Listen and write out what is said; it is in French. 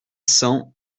cents